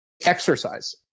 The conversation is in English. exercise